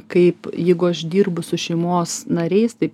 kaip jeigu aš dirbu su šeimos nariais tai